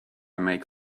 make